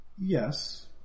Yes